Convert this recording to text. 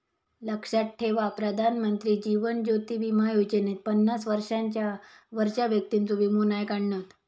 लक्षात ठेवा प्रधानमंत्री जीवन ज्योति बीमा योजनेत पन्नास वर्षांच्या वरच्या व्यक्तिंचो वीमो नाय काढणत